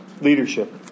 Leadership